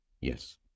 Yes